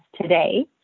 today